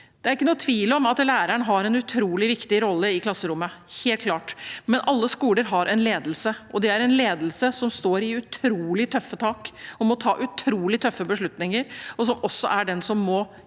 Det er ikke noen tvil om at læreren har en utrolig viktig rolle i klasserommet – helt klart. Men alle skoler har en ledelse, og det er en ledelse som står i utrolig tøffe tak og må ta utrolig tøffe beslutninger, og som også er den som må